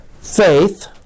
faith